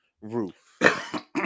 Ruth